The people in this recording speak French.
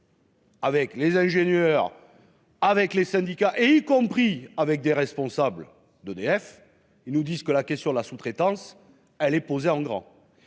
avec les ingénieurs, les syndicats, mais également les responsables d'EDF, tous nous disent que la question de la sous-traitance est posée en grand.